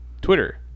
Twitter